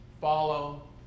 follow